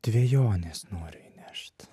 dvejonės nori įnešt